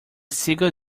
seagull